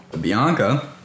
Bianca